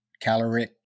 caloric